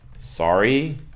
Sorry